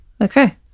Okay